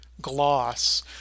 gloss